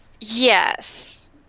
Yes